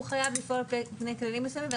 הוא חייב לפעול על פי כללים מסוימים.